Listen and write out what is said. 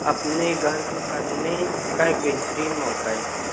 اپنے غرق کرنے کا ایک بہترین موقع ہے